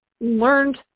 learned